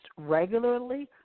regularly